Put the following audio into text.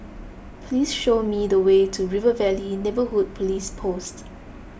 please show me the way to River Valley Neighbourhood Police Post